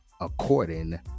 according